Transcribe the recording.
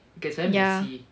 ya